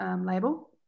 label